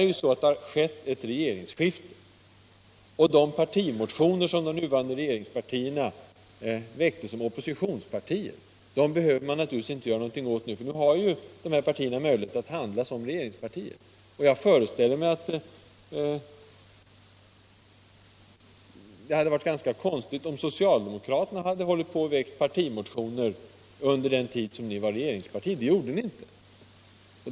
Det har skett ett regeringsskifte, och de motioner som de nuvarande regeringspartierna väckte som oppositionspartier behöver man naturligtvis inte göra någonting åt nu. Nu har de här partierna möjligheter att handla som regeringspartier. Det hade varit ganska konstigt om socialdemokraterna väckt partimotioner under den tid ni var regeringsparti. Det gjorde ni inte.